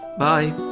bye!